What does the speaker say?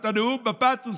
שמענו את הנאום בפתוס.